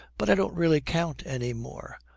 but i don't really count any more,